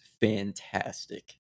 fantastic